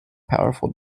powerful